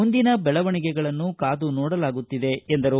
ಮುಂದಿನ ವೆಳವಣಿಗೆಗಳನ್ನು ಕಾದು ನೋಡಲಾಗುತ್ತಿದೆ ಎಂದರು